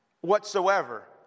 whatsoever